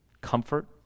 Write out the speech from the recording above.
Comfort